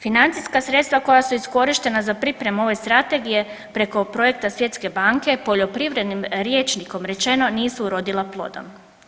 Financijska sredstva koja su iskorištena za pripremu ove strategije preko projekta Svjetske banke poljoprivrednim rječnikom rečeno nisu urodila plodom.